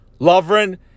Lovren